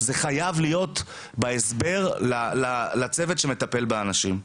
זה חייב להיות בהסבר לצוות שמטפל באנשים.